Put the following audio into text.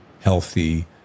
healthy